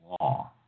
law